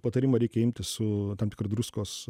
patarimą reikia imti su tam tikru druskos